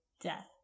death